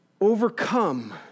overcome